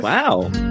Wow